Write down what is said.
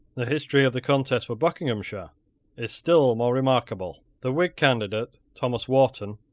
the history of the contest for buckinghamshire is still more remarkable. the whig candidate, thomas wharton,